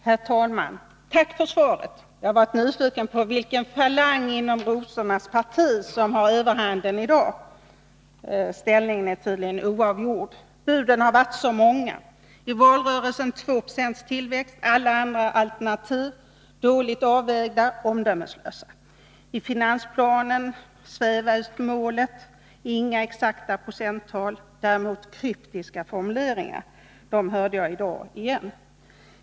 Herr talman! Tack för svaret. Jag har varit nyfiken på vilken falang inom rosornas parti som har överhanden i dag. Ställningen är tydligen oavgjord. Buden har varit många. I valrörelsen var det 2 2 tillväxt. Alla andra alternativ var dåligt avvägda, omdömeslösa. I finansplanen svävas det på målet. Inga exakta procenttal anges, däremot används kryptiska formuleringar. Dem hörde jag i dag igen.